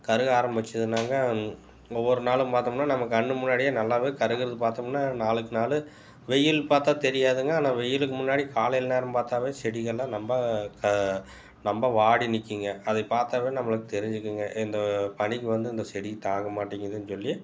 கருக ஆரம்பிச்சுதுன்னாங்க ஒவ்வொரு நாளும் பார்த்தமுன்னா நம்ம கண் முன்னாடியே நல்லாவே கருகிறது பார்த்தமுன்னா நாளுக்கு நாள் வெயில் பார்த்தா தெரியாதுங்க ஆனால் வெயிலுக்கு முன்னாடி காலையில் நேரம் பார்த்தாவே செடிகளெலாம் ரொம்ப கா ரொம்ப வாடி நிற்குங்க அதை பார்த்தாவே நம்மளுக்கு தெரிஞ்சுக்குங்க இந்த பனிக்கு வந்து இந்த செடி தாங்க மாட்டேங்குதுன்னு சொல்லி